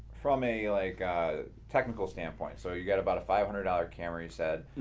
from a like technical standpoint, so you've got about a five hundred dollars camera you said.